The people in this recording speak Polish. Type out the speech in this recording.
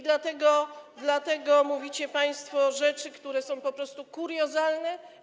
Dlatego mówicie państwo rzeczy, które są po prostu kuriozalne.